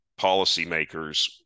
policymakers